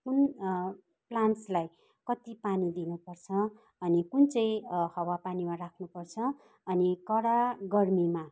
कुन प्लान्ट्सलाई कति पानी दिनुपर्छ अनि कुन चाहिँ हावा पानीमा राख्नु पर्छ अनि कडा गर्मीमा